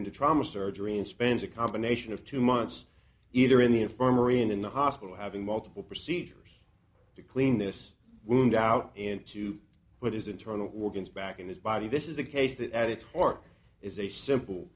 into trauma surgery and spends a combination of two months either in the infirmary and in the hospital having multiple procedures to clean this wound out and to put his internal organs back in his body this is a case that at its heart is a simple